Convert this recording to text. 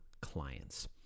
clients